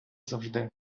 завжди